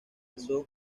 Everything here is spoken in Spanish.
alzó